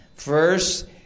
First